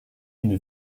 une